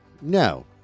No